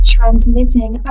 Transmitting